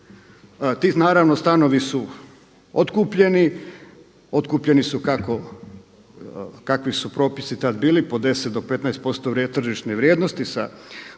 Ti naravno stanovi su otkupljeni, otkupljeni su kakvi su propisi tad bili po 10 do 15% tržišne vrijednosti u dugoročne